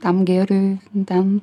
tam gėriui ten